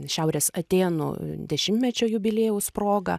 šiaurės atėnų dešimtmečio jubiliejaus proga